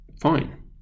fine